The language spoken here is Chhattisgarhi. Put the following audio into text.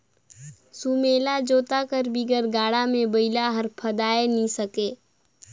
सुमेला जोता कर बिगर गाड़ा मे बइला हर फदाए ही नी सके